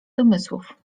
domysłów